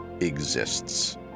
exists